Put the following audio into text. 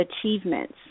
achievements